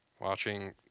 watching